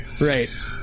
Right